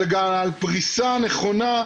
אלא גם על פריסה נכונה,